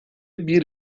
bir